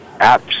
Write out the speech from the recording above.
apps